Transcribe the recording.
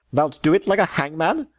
thou lt do it like a hangman,